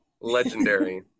legendary